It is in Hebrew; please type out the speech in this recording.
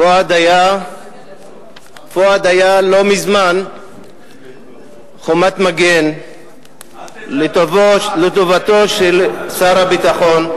פואד היה לא מזמן חומת מגן לטובתו של שר הביטחון,